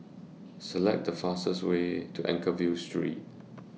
Select The fastest Way to Anchorvale Street